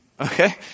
Okay